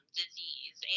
disease